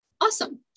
Awesome